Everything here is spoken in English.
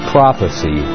Prophecy